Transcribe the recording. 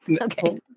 Okay